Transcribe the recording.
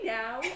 now